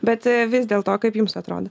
bet vis dėlto kaip jums atrodo